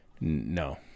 No